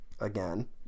Again